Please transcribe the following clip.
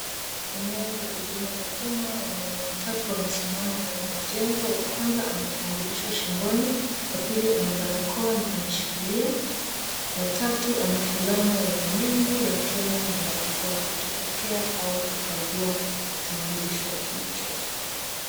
Eneo la huduma za umma, wanaume watatu wamesimama ndani ya mjengo. Wa kwanza ana kitambulisho shingoni, wa pili ana barakoa na anashikilia, wa tatu ana fulana yenye nembo ya Kenya na barakoa akipokea au kukagua kitambulisho hicho.